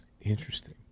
interesting